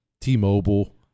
T-Mobile